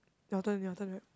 your turn your turn right